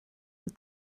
but